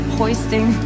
hoisting